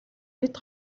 бид